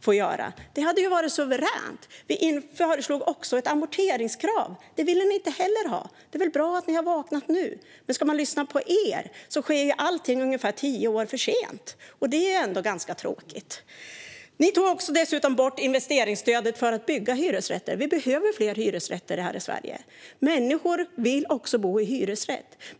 får göra. Det hade varit suveränt. Vi föreslog också ett amorteringskrav. Det ville ni inte heller ha. Det är väl bra att ni har vaknat nu. Men om man ska lyssna på er sker allting ungefär tio år för sent. Det är ändå ganska tråkigt. Ni tog dessutom bort investeringsstödet för att bygga hyresrätter. Vi behöver fler hyresrätter här i Sverige. Människor vill bo i hyresrätter också.